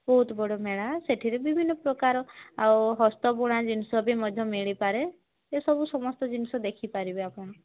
ବହୁତ ବଡ଼ ମେଳା ସେଠିରେ ବିଭିନ୍ନ ପ୍ରକାର ଆଉ ହସ୍ତବୁଣା ଜିନିଷ ବି ମଧ୍ୟ ମିଳିପାରେ ସେସବୁ ସମସ୍ତ ଜିନିଷ ଦେଖିପାରିବେ ଆପଣ